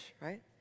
right